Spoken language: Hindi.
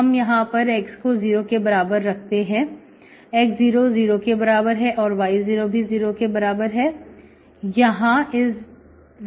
हम यहां पर x को 0 के बराबर रखते हैं x0 0 के बराबर है और y0 भी 0 के बराबर है